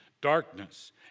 darkness